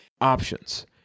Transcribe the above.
options